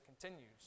continues